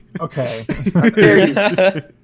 okay